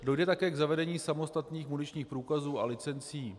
Dojde také k zavedení samostatných muničních průkazů a licencí.